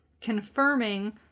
confirming